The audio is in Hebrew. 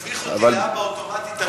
תסמיך אותי להבא אוטומטית,